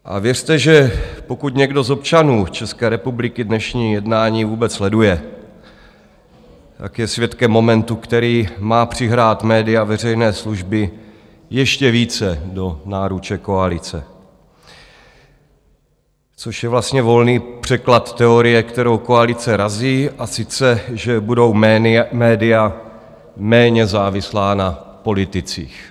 A věřte, že pokud někdo z občanů České republiky dnešní jednání vůbec sleduje, tak je svědkem momentu, který má přihrát média veřejné služby ještě více do náruče koalice, což je vlastně volný překlad teorie, kterou koalice razí, a sice že budou média méně závislá na politicích.